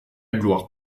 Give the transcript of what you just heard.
gloire